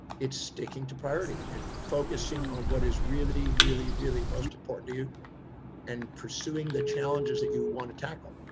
it's sticking to priority and focusing on what is really, really, really most important to you and pursuing the challenges that you want to tackle.